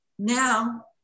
Now